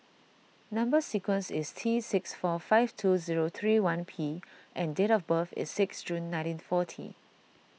Number Sequence is T six four five two zero three one P and date of birth is six June nineteen forty